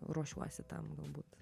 ruošiuosi tam galbūt